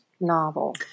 novel